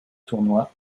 tournois